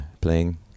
playing